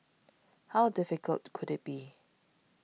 how difficult could it be